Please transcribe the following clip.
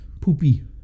poopy